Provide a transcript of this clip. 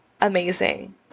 Amazing